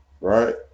right